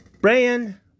Brian